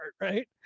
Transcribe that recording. right